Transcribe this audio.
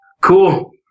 Cool